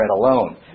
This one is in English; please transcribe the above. alone